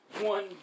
One